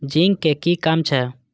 Zinc के कि काम छै?